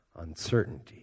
Uncertainty